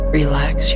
relax